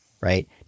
right